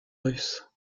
russe